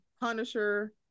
Punisher